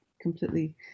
completely